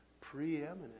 Preeminent